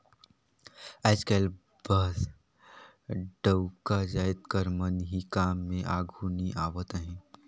आएज काएल बस डउका जाएत कर मन ही काम में आघु नी आवत अहें